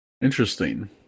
Interesting